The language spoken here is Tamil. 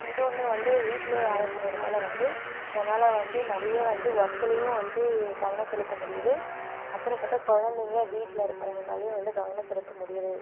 இன்னும் ஒன்று வந்து வீட்டில் வேலை செய்கிறதால வந்து என்னால் வந்து நிறைய வந்து ஒர்க்குலேயும் வந்து கவனம் செலுத்த முடியுது அப்புறம் பார்த்தா குழந்தைங்க வீட்டில் இருக்கவங்க மேலேயும் வந்து கவனம் செலுத்த முடியுது